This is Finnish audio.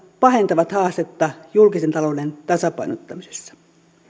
pahentavat haastetta julkisen talouden tasapainottamisessa